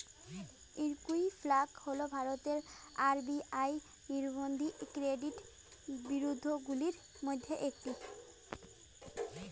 Equifax হল ভারতের RBI নিবন্ধিত ক্রেডিট ব্যুরোগুলির মধ্যে একটি